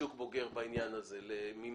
ממיסים,